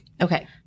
Okay